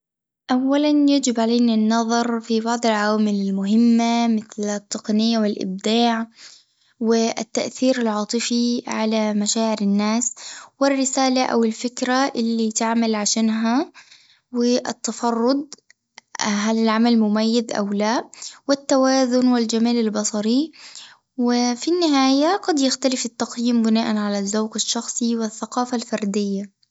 أولًا يجب علينا النظر في بعض العوامل المهمة مثل التقنية والإبداع والتأثير العاطفي على مشاعر الناس والرسالة أو الفكرة اللي تعمل عشانها والتفرد، هل العمل مميز أو لا؟ والتوازن والجمال البشري، وفي النهاية قد يختلف التقديم بناء على الجو الشخصي والثقافة الفردية.